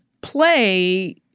play